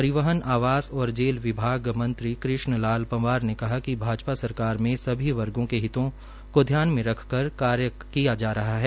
परिवहन आवास और जेल विभाग मंत्री कृष्ण लाल पंवार ने कहा कि भाजपा सरकार में सभी वर्गो के हितों को ध्यान में रख कर कार्य करने वाली सरकार है